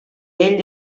ell